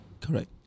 Correct